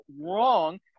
wrong